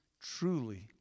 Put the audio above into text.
truly